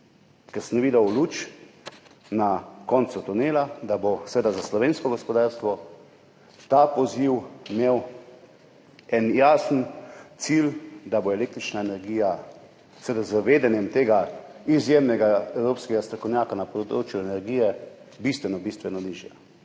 ker sem videl luč na koncu tunela, da bo imel seveda za slovensko gospodarstvo ta poziv en jasen cilj, da bo električna energija, seveda z vedenjem tega izjemnega evropskega strokovnjaka na področju energije, bistveno,